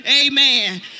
Amen